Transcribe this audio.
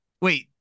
Wait